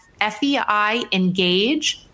feiengage